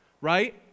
right